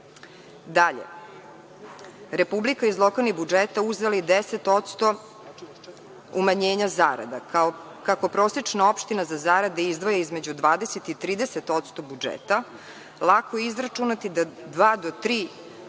Republika iz lokalnih budžeta uzela i 10% umanjenja zarada, kako prosečna opština za zarade izdvaja između 20 i 30% budžeta, lako je izračunati da 2% do 3%